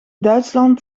duitsland